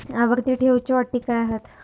आवर्ती ठेव च्यो अटी काय हत?